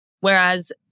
whereas